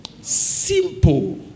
Simple